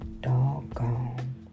doggone